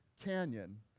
Canyon